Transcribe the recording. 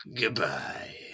Goodbye